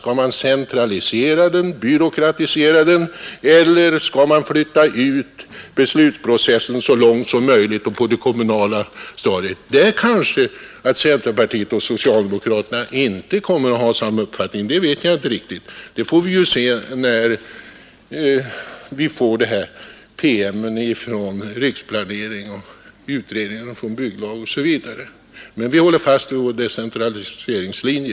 Skall man centralisera och byråkratisera beslutsprocessen, eller skall man flytta ut den på det kommunala planet? I den frågan kommer centerpartiet och socialdemokraterna kanske inte att ha samma uppfattning. Hur det blir därmed får vi se, när promemorian om riksplaneringen, bygglagutredningens betänkande osv. föreligger. Men vi kommer att hålla fast vid vår decentraliseringslinje.